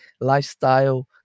lifestyle